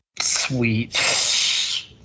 Sweet